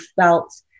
felt